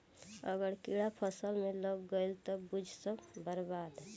अगर कीड़ा फसल में लाग गईल त बुझ सब बर्बाद